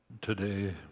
Today